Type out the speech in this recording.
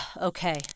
Okay